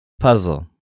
puzzle